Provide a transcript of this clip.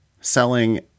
selling